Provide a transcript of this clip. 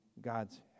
God's